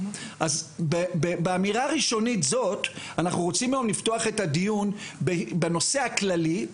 אז באמירה ראשונית זאת אנחנו רוצים היום לפתוח את הדיון בנושא הכללי,